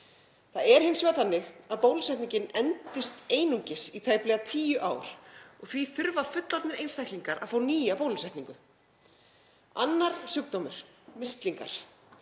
Það er hins vegar þannig að bólusetningin endist einungis í tæplega tíu ár og því þurfa fullorðnir einstaklingar að fá nýja bólusetningu. Annar sjúkdómur, mislingar,